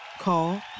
Call